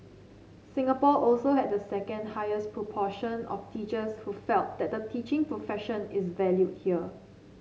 Singapore also had the second highest proportion of teachers who felt that the teaching profession is valued here